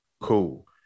Cool